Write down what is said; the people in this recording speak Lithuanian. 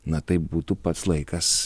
na tai būtų pats laikas